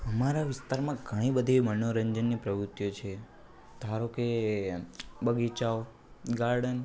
અમારા વિસ્તારમાં ઘણી બધી મનોરંજનની પ્રવૃતિઓ છે ધારો કે બગીચાઓ ગાર્ડન